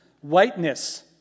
Whiteness